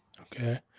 okay